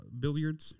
billiards